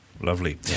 Lovely